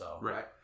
Right